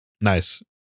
nice